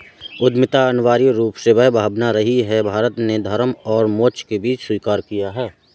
उद्यमिता अनिवार्य रूप से वह भावना रही है, भारत ने धर्म और मोक्ष के बीच स्वीकार किया है